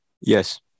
Yes